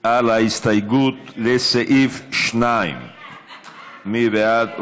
על ההסתייגות לסעיף 2. מי בעד?